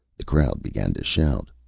the crowd began to shout.